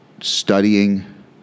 Studying